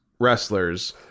wrestlers